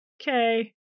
okay